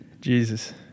Jesus